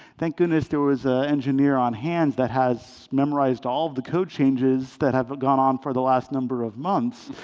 thank goodness there was an ah engineer on hand that has memorized all the code changes that have gone on for the last number of months.